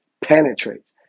penetrates